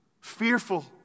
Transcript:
fearful